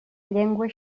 llengua